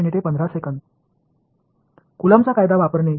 முதல் வெளிப்பாடு எளிமை படுத்தப்படுகிறது